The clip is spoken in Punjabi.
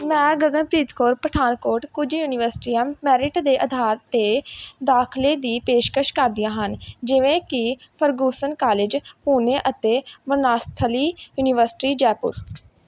ਮੈਂ ਗਗਨਪ੍ਰੀਤ ਕੌਰ ਪਠਾਨਕੋਟ ਕੁਝ ਯੂਨੀਵਰਸਿਟੀਆਂ ਮੈਰਿਟ ਦੇ ਆਧਾਰ 'ਤੇ ਦਾਖਲੇ ਦੀ ਪੇਸ਼ਕਸ਼ ਕਰਦੀਆਂ ਹਨ ਜਿਵੇਂ ਕਿ ਫਰਗੂਸਨ ਕਾਲਜ ਪੁਨੇ ਅਤੇ ਬਨਾਸਥਲੀ ਯੂਨੀਵਰਸਿਟੀ ਜੈਪੁਰ